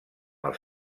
els